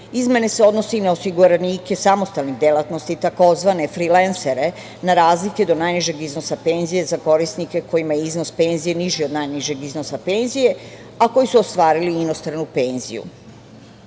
izmene se odnose i na osiguranike samostalnih delatnosti tzv. frilensere, na razlike do najnižeg iznosa penzija za korisnike kojima je iznos penzije niži od najnižeg iznosa penzije, a koji su ostvarili inostranu penziju. Veoma